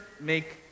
make